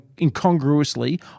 incongruously